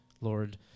Lord